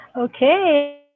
Okay